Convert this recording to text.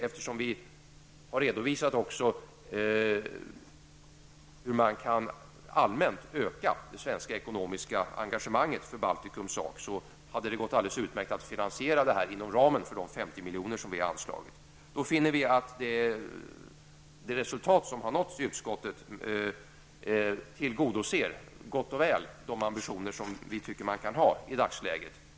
Eftersom vi har redovisat också hur man kan allmänt öka det svenska ekonomiska engagemanget för Baltikums sak, hade det gått alldeles utmärkt att finansiera det här inom ramen för de 50 miljoner som vi har föreslagit. Det resultat som har nåtts i utskottet tillgodoser gott och väl de ambitioner som vi tycker att man kan ha i dagsläget.